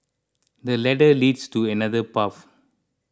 the ladder leads to another path